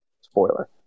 Spoiler